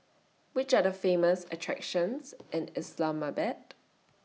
Which Are The Famous attractions in Islamabad